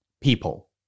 people